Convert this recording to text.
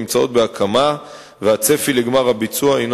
נמצאות בהקמה והצפי לגמר הביצוע הינו